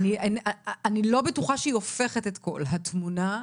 אני לא בטוחה שהיא הופכת את כל התמונה.